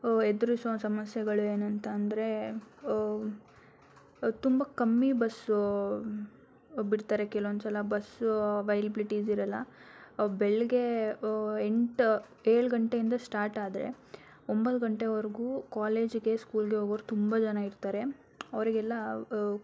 ಎದುರಿಸುವ ಸಮಸ್ಯೆಗಳು ಏನಂತ ಅಂದರೆ ತುಂಬ ಕಮ್ಮಿ ಬಸ್ಸು ಬಿಡ್ತಾರೆ ಕೆಲವೊಂದುಸಲ ಬಸ್ಸು ಅವೈಲಿಬ್ಲಿಟೀಸ್ ಇರಲ್ಲ ಬೆಳ್ಗೆ ಎಂಟು ಏಳಿ ಗಂಟೆಯಿಂದ ಸ್ಟಾಟಾದರೆ ಒಂಬತ್ತು ಗಂಟೆವರೆಗೂ ಕೋಲೇಜಿಗೆ ಸ್ಕೂಲಿಗೆ ಹೋಗುವವ್ರು ತುಂಬ ಜನ ಇರ್ತಾರೆ ಅವ್ರಿಗೆಲ್ಲ